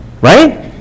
right